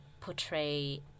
portray